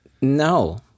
No